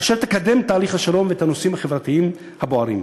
אשר תקדם את תהליך השלום ואת הנושאים החברתיים הבוערים.